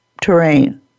terrain